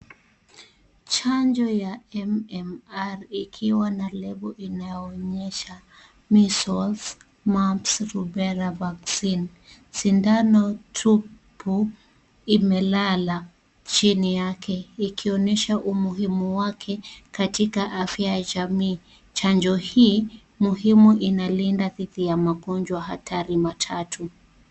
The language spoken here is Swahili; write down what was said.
Chanjo ya MMR ikiwa na lebo inayoonyesha Measles, Mumps, Rubella vaccine . SIndano tupu imelala chini yake ikionyesha umuhimu wake katika afya ya jamii. Chanjo hii muhimu inalinda dhidi ya magonjwa hatari matatu.